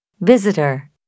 Visitor